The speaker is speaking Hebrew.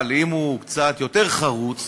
אם הוא קצת יותר חרוץ